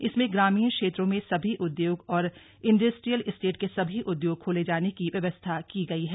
इसमें ग्रामीण क्षेत्रों में सभी उदयोग और इंडस्ट्रियील एस्टेट के सभी उदयोग खोले जाने की व्यवस्था की गई है